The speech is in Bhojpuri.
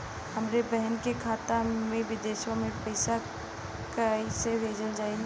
हमरे बहन के खाता मे विदेशवा मे पैसा कई से भेजल जाई?